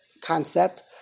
concept